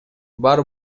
бар